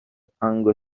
تانگو